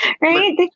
Right